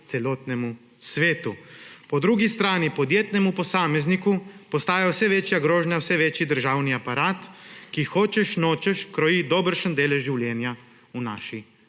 celotnemu svetu. Po drugi strani podjetnemu posamezniku postajajo vse večja grožnja vse večji državni aparat, ki hočeš nočeš kroji dobršen delež življenja v naši